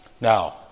Now